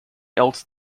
else